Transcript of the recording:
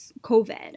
COVID